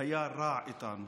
היה רע איתנו.